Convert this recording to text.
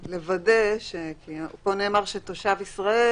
יש לוודא פה נאמר שתושב ישראל.